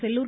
Sellur